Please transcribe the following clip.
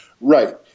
Right